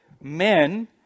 men